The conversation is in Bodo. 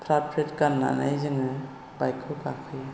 फ्राथ फ्रिथ गाननानै जोङो बाइकखौ गाखोयो